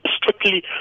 strictly